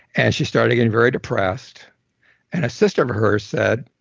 and she started getting very depressed and a sister of hers said,